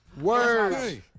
Words